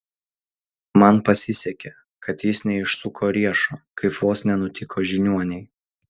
man pasisekė kad jis neišsuko riešo kaip vos nenutiko žiniuonei